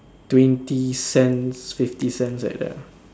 twenty cents fifty cents like that lah